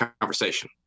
conversation